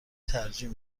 ترجیح